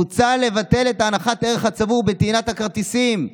מוצע לבטל את הנחת הערך הצבור בטעינת הכרטיסים.